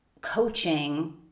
coaching –